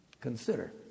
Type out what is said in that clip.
Consider